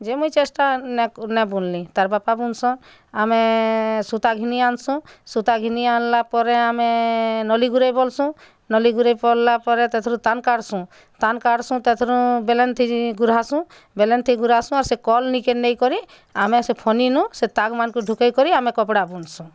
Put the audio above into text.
ଯେ ମୁଇଁ ଚେଷ୍ଟା ନାଇଁ ବୁନ୍ଲି ତାର୍ ବାପା ବୁନ୍ସନ୍ ଆମେ ସୁତା ଘିନି ଆନ୍ସୁଁ ସୁତା ଘିନି ଆଣିଲା ପରେ ଆମେ ନଲି ଘୁରେଇ ବୋଲସୁଁ ନଲି ଘୂରେଇ ସରିଲା ପରେ ସେଥ୍ରୁ ତାନ କାଟ୍ସୁଁ ତାନ କାଟ୍ସୁଁ ତା ଥୁରୁ ବେଲନ ଥିସି ଘୂରାସୁଁ ବେଲନ ଥି ଘୂରାସୁଁ ଆର ସେ କଲ ନିକେ ନେଇକରି ଆମେ ସେ ଫନି ନୁ ସେ ତାର୍ମାନଙ୍କୁ ଢୁକେଇ କରି ଆମେ କପଡ଼ା ବୁନସୁଁ